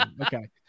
Okay